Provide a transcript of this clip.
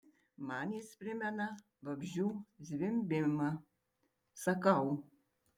man jis primena vabzdžių zvimbimą sakau